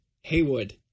haywood